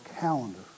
calendar